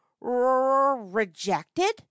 Rejected